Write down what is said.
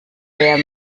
per